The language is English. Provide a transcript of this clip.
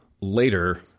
later